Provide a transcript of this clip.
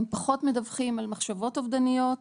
הם פחות מדווחים על מחשבות אובדניות,